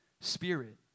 Spirit